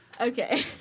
Okay